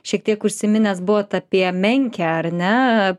šiek tiek užsiminęs buvot apie menkę ar ne